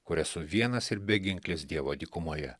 kur esu vienas ir beginklis dievo dykumoje